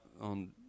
on